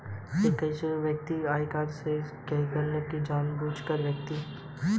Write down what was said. कर चोरी में कोई व्यक्ति जानबूझकर आयकर नहीं चुकाने का विकल्प चुनता है